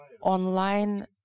online